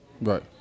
right